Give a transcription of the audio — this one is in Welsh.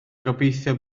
gobeithio